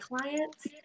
clients